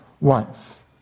wife